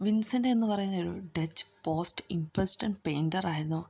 Vincent എന്നു പറയുന്നൊരു Dutch post impressionist പെയിൻ്ററായിരുന്നു